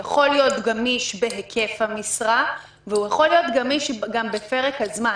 הוא יכול להיות גמיש בהיקף המשרה והוא יכול להיות גמיש גם בפרק הזמן.